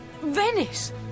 Venice